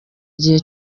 igihe